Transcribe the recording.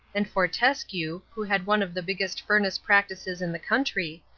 and fortescue, who had one of the biggest furnace practices in the country,